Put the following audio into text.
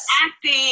acting